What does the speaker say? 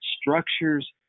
structures